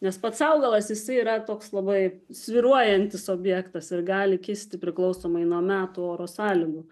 nes pats augalas jisai yra toks labai svyruojantis objektas ir gali kisti priklausomai nuo metų oro sąlygų